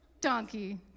donkey